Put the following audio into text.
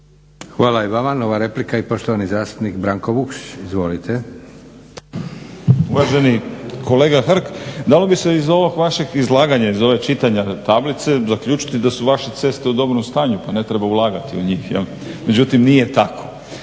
Branko (Hrvatski laburisti - Stranka rada)** Uvaženi kolega Hrg dalo bi se iz ovog vašeg izlaganja, iz ove čitanja tablice zaključiti da su vaše ceste u dobrom stanju, pa ne treba u lagati u njih jel. Međutim, nije tako.